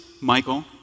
Michael